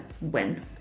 win